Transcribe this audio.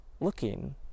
looking